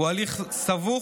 הוא הליך סבוך,